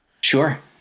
Sure